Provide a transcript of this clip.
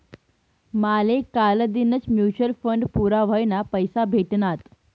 माले कालदीनच mutual fund पूरा व्हवाना पैसा भेटनात